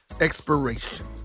expiration